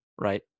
right